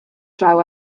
draw